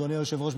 אדוני היושב-ראש,